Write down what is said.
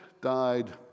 died